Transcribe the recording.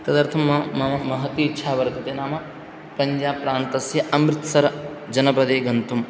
तदर्थं मम महति इच्छा वर्तते नाम पञ्जाब् प्रान्तस्य अमृत्सरजनपदे गन्तुम्